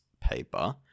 paper